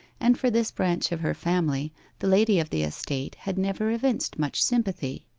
and for this branch of her family the lady of the estate had never evinced much sympathy.